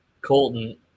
Colton